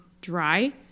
dry